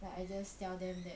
like I just tell them that